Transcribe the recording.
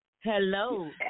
Hello